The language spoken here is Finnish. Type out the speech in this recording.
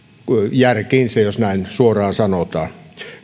järkiinsä jos näin suoraan sanotaan